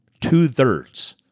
two-thirds